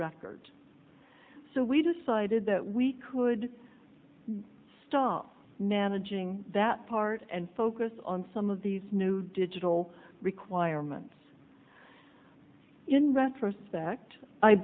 record so we decided that we could stop nana ging that part and focus on some of these new digital requirements in retrospect i